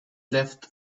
left